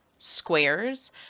squares